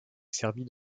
serbie